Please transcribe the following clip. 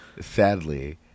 Sadly